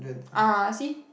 ah see